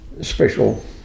special